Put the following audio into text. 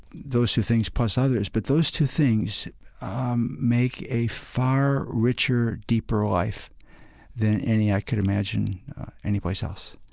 those two things plus others, but those two things um make a far richer, deeper life than any i could imagine anyplace else.